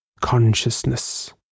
Consciousness